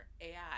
AI